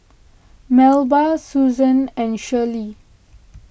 Melba Susan and Schley